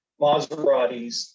Maseratis